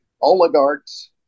oligarchs